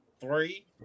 three